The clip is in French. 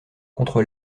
contre